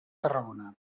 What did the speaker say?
tarragona